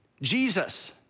Jesus